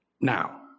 Now